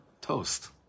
toast